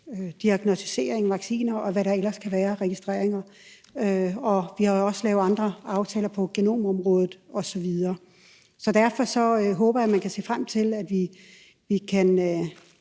diagnosticering, vacciner, og hvad der ellers kan være af registreringer. Og vi har jo også lavet andre aftaler på genomområdet osv. Derfor håber jeg, man kan se frem til, at vi kan